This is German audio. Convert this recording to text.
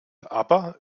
aber